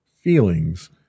feelings